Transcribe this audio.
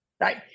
right